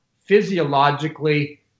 physiologically